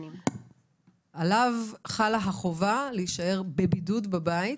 עליו חלה החובה להישאר בבידוד בבית.